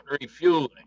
refueling